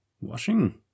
Washing